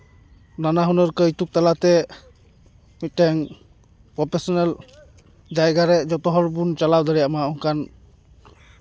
ᱱᱟᱱᱟᱦᱩᱱᱟᱹᱨ ᱠᱟᱹᱭᱛᱩᱠ ᱛᱟᱞᱟᱛᱮ ᱢᱤᱫᱴᱮᱱ ᱯᱨᱚᱯᱷᱮᱥᱚᱱᱟᱞ ᱡᱟᱭᱜᱟᱨᱮ ᱡᱚᱛᱚ ᱦᱚᱲ ᱵᱚᱱ ᱪᱟᱞᱟᱣ ᱫᱟᱲᱮᱭᱟᱜ ᱢᱟ ᱚᱱᱠᱟᱱ